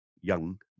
young